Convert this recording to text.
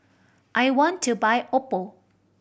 I want to buy Oppo